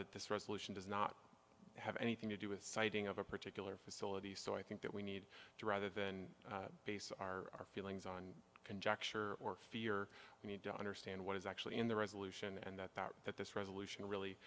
that this resolution does not have anything to do with siting of a particular facility so i think that we need to rather than base our feelings on conjecture or fear we need to understand what is actually in the resolution and that that that this resolution really